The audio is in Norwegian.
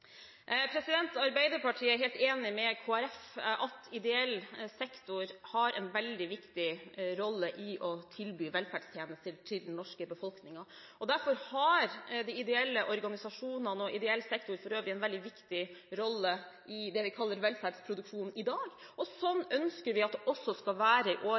Arbeiderpartiet er helt enig med Kristelig Folkeparti i at ideell sektor har en veldig viktig rolle når det gjelder å tilby velferdstjenester til den norske befolkningen. Derfor har de ideelle organisasjonene og ideell sektor for øvrig i dag en veldig viktig rolle i det vi kaller velferdsproduksjon, og sånn ønsker vi at det også skal være i